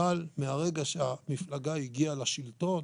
אבל מהרגע שהמפלגה הגיעה לשלטון,